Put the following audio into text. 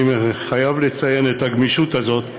אני חייב לציין את הגמישות הזאת,